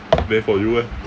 then for you eh